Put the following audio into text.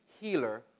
healer